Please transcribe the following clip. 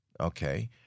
Okay